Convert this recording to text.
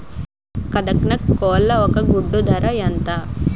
కదక్నత్ కోళ్ల ఒక గుడ్డు ధర ఎంత?